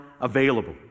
available